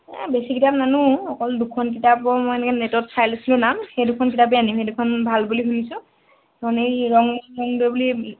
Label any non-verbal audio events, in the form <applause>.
এ বেছি কিতাপ নানো অকল দুখন কিতাপৰ মই এনেকৈ নেটত চাই লৈছিলোঁ নাম সেই দুখনে আনিম সেই দুখনে ভাল বুলি শুনিছোঁ <unintelligible> বুলি